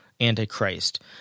antichrist